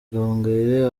gahongayire